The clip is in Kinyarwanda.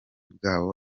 bwabo